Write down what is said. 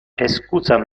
excusa